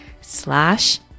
slash